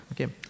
Okay